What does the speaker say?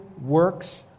works